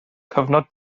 cyfnod